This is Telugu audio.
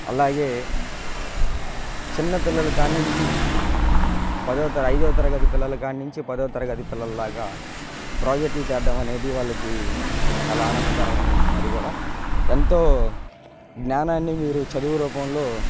అలాగే చిన్నపిల్లల కాడినుంచి పదో ఐదో తరగతి పిల్లల కాడినుంచి పదో తరగతి పిల్లల దాకా ప్రాజెక్టులు తేవడమనేది వాళ్ళకి చాలా ఆనందకరమైన విషయం అది కూడా ఎంతో జ్ఞానాన్ని మీరు చదువు రూపంలో